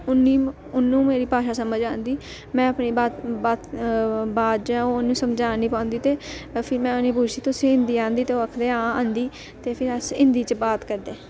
उन्नी उन्नू मेरी भाशा समझ आंदी में अपनी बाज औनू समझा नी पांदी ते फ्ही में उ'नेंगी पुच्छदी तुसें हिंदी आंदी ते ओह् आखदे हां आंदी ते फ्ही अस हिंदी च बात करदे